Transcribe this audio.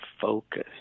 focus